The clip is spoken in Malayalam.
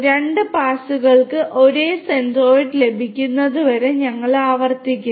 രണ്ട് പാസുകൾക്ക് ഒരേ സെൻട്രൈഡ് ലഭിക്കുന്നതുവരെ ഞങ്ങൾ ആവർത്തിക്കുന്നു